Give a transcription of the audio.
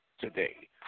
Today